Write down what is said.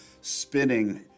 spinning